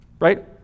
right